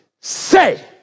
say